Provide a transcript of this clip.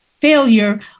failure